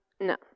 no